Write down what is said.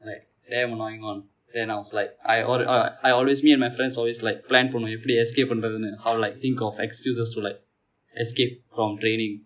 like damn annoying [one] then I was like I al~ uh I always me and my friends always like plan பன்னுவோம் எப்படி:pannuvom eppadi escape பன்னுவது என்று:pannuvathu endru how like think of excuses to like escape from training